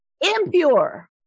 impure